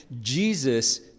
Jesus